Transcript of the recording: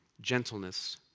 gentleness